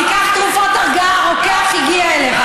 תיקח תרופות הרגעה, הרוקח הגיע אליך.